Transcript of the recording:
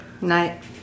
Night